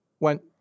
went